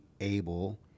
able